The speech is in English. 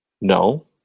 No